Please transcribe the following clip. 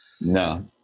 No